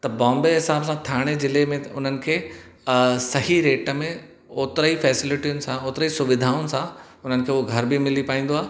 त बॉम्बे जे हिसाब सां ठाणे ज़िले में उन्हनि खे सही रेट में ओतिरा ई फैसिलिटियुनि सां ओतिरा ई सुविधाऊं सां हुननि खे उहो घर बि मिली पाईंदो आहे